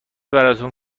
براتون